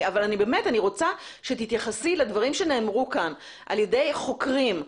אבל אני רוצה שתתייחסי לדברים שנאמרו כאן על ידי חוקרים,